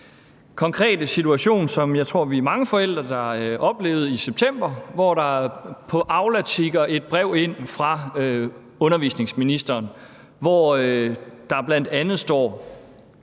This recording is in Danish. konkrete situation, som jeg tror vi er mange forældre der oplevede i september, hvor der på Aula tikkede et brev ind fra undervisningsministeren, hvor der bl.a. stod: